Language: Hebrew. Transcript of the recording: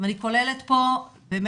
והיא כוללת פה את